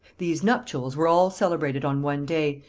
these nuptials were all celebrated on one day,